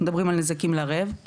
אנחנו מדברים על נזקים ללב,